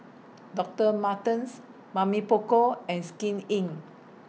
Doctor Martens Mamy Poko and Skin Inc